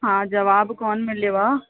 हा जवाबु कोन मिलियो आहे